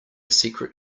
secret